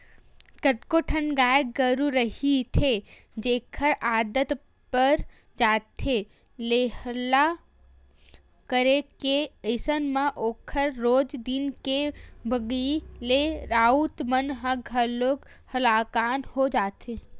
कतको ठन गाय गरु रहिथे जेखर आदत पर जाथे हेल्ला चरे के अइसन म ओखर रोज दिन के भगई ले राउत मन ह घलोक हलाकान हो जाथे